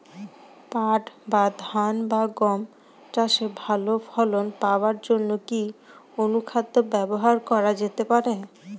পাট বা ধান বা গম চাষে ভালো ফলন পাবার জন কি অনুখাদ্য ব্যবহার করা যেতে পারে?